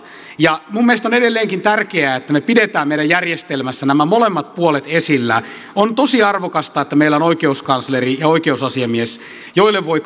ja minun mielestäni on edelleenkin tärkeää että me pidämme meidän järjestelmässämme nämä molemmat puolet esillä on tosi arvokasta että meillä on oikeuskansleri ja oikeusasiamies joille voi